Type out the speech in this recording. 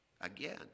Again